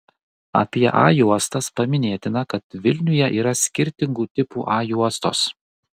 apie a juostas paminėtina kad vilniuje yra skirtingų tipų a juostos